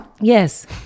yes